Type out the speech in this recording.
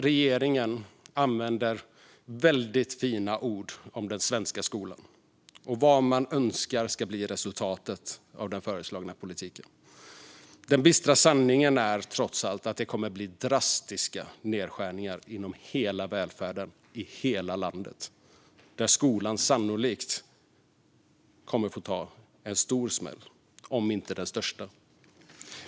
Regeringen använder väldigt fina ord om den svenska skolan och vad man önskar ska bli resultatet av den föreslagna politiken. Den bistra sanningen är trots allt att det kommer att bli drastiska nedskärningar inom hela välfärden i hela landet, där skolan sannolikt kommer att få ta en stor smäll, om inte den största.